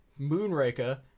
moonraker